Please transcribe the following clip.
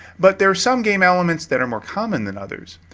but there's some game elements that are more common than others.